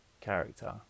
character